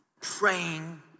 praying